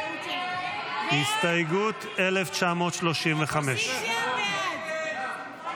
הסתייגות 1935. הסתייגות 1935 לא נתקבלה.